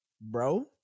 bro